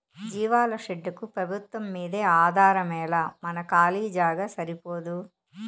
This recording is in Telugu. జీవాల షెడ్డుకు పెబుత్వంమ్మీదే ఆధారమేలా మన కాలీ జాగా సరిపోదూ